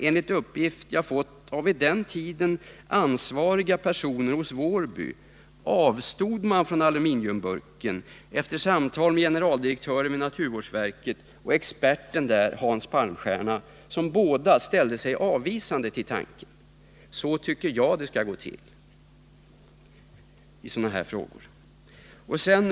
Enligt de uppgifter jag fått av vid den tiden ansvariga personer hos Wårby avstod man emellertid från aluminiumburken efter samtal med generaldirektören vid naturvårdsverket och experten där Hans Palmstierna, som båda ställde sig avvisande till tanken. Så tycker jag att det skall gå till i sådana här frågor.